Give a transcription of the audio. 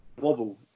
wobble